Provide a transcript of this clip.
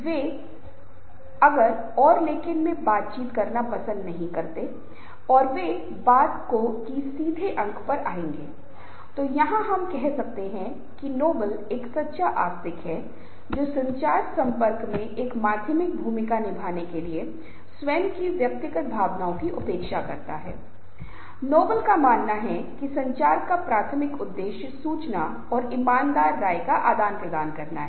उसके बाद अगला चरण एमेर्जेंसहै फिशर मॉडल में यह पिछले चरण से विकसित तीसरा चरण है एमेर्जेंसतब होता है जब सर्वसम्मति के कुछ दिन की रोशनी सुबह शुरू होती है और समूह समझौते की ओर बढ़ना शुरू करता है इसका मतलब है कि चर्चा के बाद भी कुछ संघर्ष हो सकता है कुछ विचार उभर सकते हैं कि हाँ हमें इस विशेष पहलू पर चर्चा करनी होगी और फिर आगे बढ़ना होगा आखिरकार सुदृढीकरण समूह यह मानता है कि यह आम सहमति तक पहुँच रहा है और कार्य को पूरा करने के लिए उस सहमति को स्पष्ट रूप से समेकित करता है